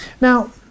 Now